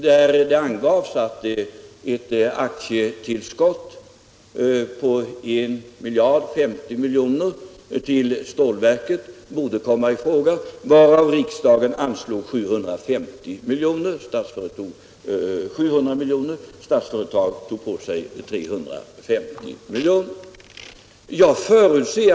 Det angavs då att ett aktietillskott på 1 miljard 50 milj.kr. till stålverket borde komma i fråga, varav riksdagen anslog 700 miljoner och Statsföretag tog på sig 350 milj.kr.